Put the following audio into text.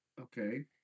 Okay